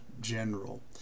General